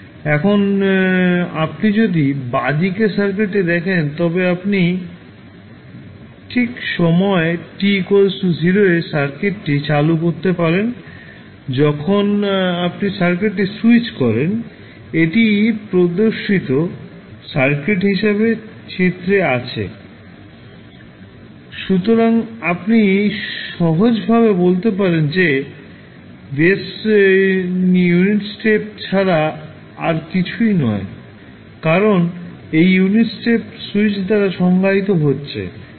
এখন আপনি যদি বাঁদিকের সার্কিটটি দেখেন তবে আপনি ঠিক সময় t 0 এ সার্কিটটি চালু করতে পারেন যখন আপনি সার্কিটটি স্যুইচ করেন এটি প্রদর্শিত সার্কিট হিসাবে চিত্রে আছে সুতরাং আপনি সহজভাবে বলতে পারেন যে Vs ইউনিট স্টেপ ছাড়া কিছুই নয় কারণ এই ইউনিট স্টেপ সুইচ দ্বারা সংজ্ঞায়িত হচ্ছে